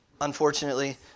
unfortunately